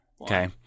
Okay